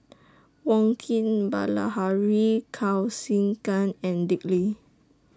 Wong Keen Bilahari Kausikan and Dick Lee